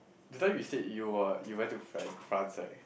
that time you said you are you went to Fra~ France right